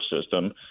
system